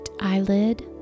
eyelid